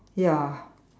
ya